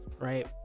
right